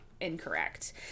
Incorrect